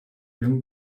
jung